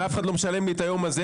ואף אחד לא משלם לי את היום הזה,